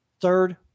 third